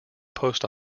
post